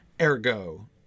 Ergo